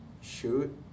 shoot